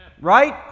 Right